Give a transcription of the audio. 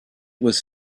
was